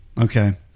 Okay